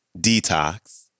Detox